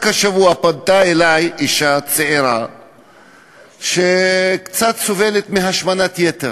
רק השבוע פנתה אלי אישה צעירה שקצת סובלת מהשמנת יתר,